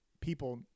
people